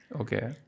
Okay